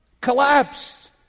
Collapsed